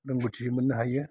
रोंगौथि मोननो हायो